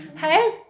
Hey